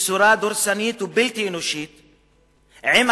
בצורה דורסנית ובלתי אנושית בתוצאה,